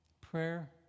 prayer